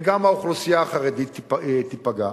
וגם האוכלוסייה החרדית תיפגע.